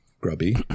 grubby